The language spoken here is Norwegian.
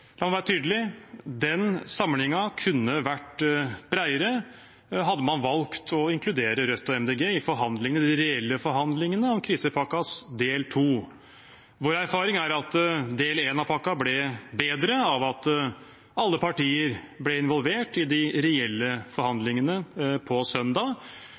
La meg være tydelig: Den samlingen kunne vært bredere hadde man valgt å inkludere Rødt og MDG i forhandlingene, de reelle forhandlingene, om krisepakkens del 2. Vår erfaring er at del 1 av pakken ble bedre av at alle partier ble involvert i de reelle forhandlingene på søndag.